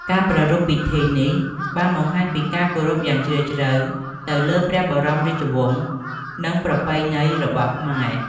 ការប្រារព្ធពីធិនេះបានបង្ហាញពីការគោរពយ៉ាងជ្រៅទៅលើព្រះបរមរាជវង្ស និងប្រពៃណីរបស់ខ្មែរ។